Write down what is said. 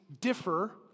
differ